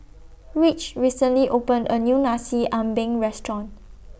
Rich recently opened A New Nasi Ambeng Restaurant